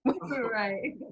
right